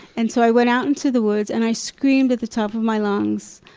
and so i went out into the woods and i screamed at the top of my lungs,